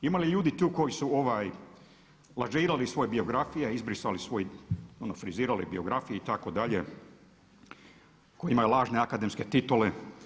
Ima li ljudi tu koji su lažirali svoje biografije, izbrisali svoj ono frizirali biografije itd. koji imaju lažne akademske titule?